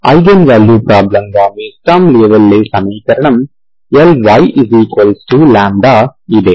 eigen value problem గా మీ Sturm Liouville సమీకరణం Lyλ ఇదే